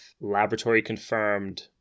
laboratory-confirmed